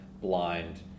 blind